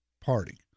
party